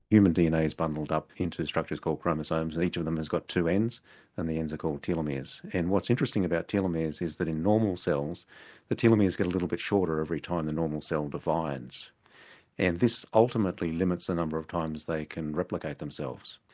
human dna is bundled up into structures called chromosomes and each of them has got two ends and the ends are called telomeres. and what's interesting about telomeres is that in normal cells the telomeres get a little bit shorter every time the normal cell divides and this ultimately limits the number of times they can replicate themselves.